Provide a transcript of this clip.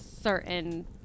certain